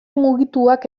mugituak